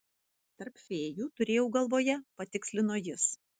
tarp fėjų turėjau galvoje patikslino jis